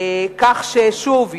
כך ששוב,